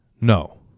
no